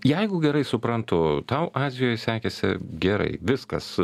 jeigu gerai suprantu tau azijoj sekėsi gerai viskas